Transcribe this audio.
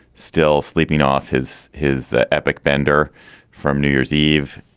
still sleeping off his his epic bender from new year's eve.